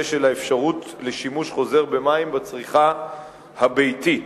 של אפשרות לשימוש חוזר במים בצריכה הביתית.